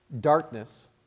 darkness